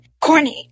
corny